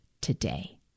today